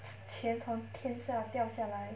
钱从天上掉下来